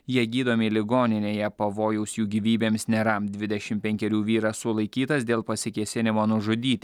jie gydomi ligoninėje pavojaus jų gyvybėms nėra dvidešim penkerių vyras sulaikytas dėl pasikėsinimo nužudyti